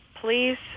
please